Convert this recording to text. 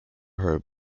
her